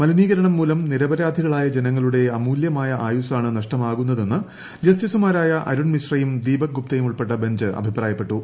മലിനീകരണം മൂലം നിരപരാധികളായ ജനങ്ങളുടെ അമൂല്യമായ ആയുസാണ് നഷ്ടമാകുന്നതെന്ന് ജസ്റ്റിസുമാരായ അരുൺ മിശ്രയും ദീപക് ഗുപ്തയും ഉൾപ്പെട്ട ബഞ്ച് അഭിപ്രായപ്പെട്ടു